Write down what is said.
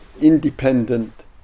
independent